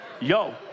Yo